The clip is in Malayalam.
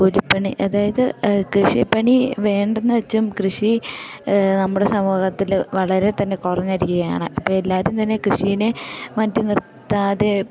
കൂലിപ്പണി അതായത് കൃഷിപ്പണി വേണ്ടെന്നു വെച്ചും കൃഷി നമ്മുടെ സമൂഹത്തിൽ വളരെ തന്നെ കുറഞ്ഞിരിക്കുകയാണ് അപ്പം എല്ലാവരും തന്നെ കൃഷീനെ മാറ്റി നിർത്താതെ